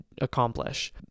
accomplish